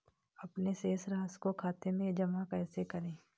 अपने शेष राशि को खाते में जमा कैसे करें?